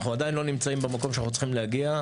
אנחנו עדיין לא נמצאים במקום שאנחנו צריכים להגיע.